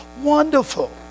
wonderful